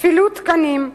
כפילות תקנים,